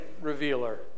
revealer